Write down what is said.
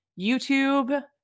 youtube